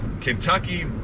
Kentucky